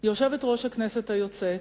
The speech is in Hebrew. יושבת-ראש הכנסת היוצאת,